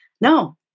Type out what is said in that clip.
no